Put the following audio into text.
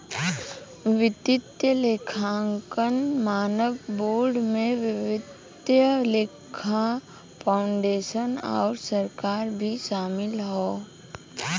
वित्तीय लेखांकन मानक बोर्ड में वित्तीय लेखा फाउंडेशन आउर सरकार भी शामिल हौ